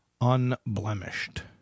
unblemished